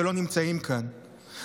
שלא נמצאים כאן,